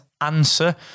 answer